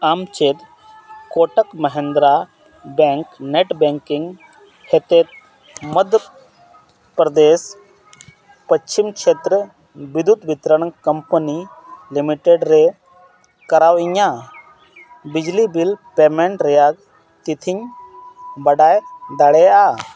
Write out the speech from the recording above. ᱟᱢ ᱪᱮᱫ Kotak Mahindra bank net banking ᱛᱮᱛᱮᱫ ᱢᱚᱭᱫᱷᱚ ᱯᱨᱚᱫᱮᱥ ᱯᱚᱥᱪᱷᱤᱢ ᱪᱷᱮᱛᱨᱚ ᱵᱤᱫᱽᱫᱩᱛ ᱵᱤᱛᱚᱨᱚᱱ ᱠᱳᱢᱯᱟᱱᱤ ᱞᱤᱢᱤᱴᱮᱰ ᱨᱮ ᱠᱚᱨᱟᱣ ᱤᱧᱟ ᱵᱤᱡᱽᱞᱤ ᱵᱤᱞ ᱯᱮᱢᱮᱴ ᱨᱮᱭᱟᱜ ᱛᱤᱛᱷᱤᱧ ᱵᱟᱰᱟᱭ ᱫᱟᱲᱮᱭᱟᱜᱼᱟ